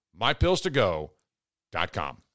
MyPillsToGo.com